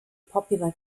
popular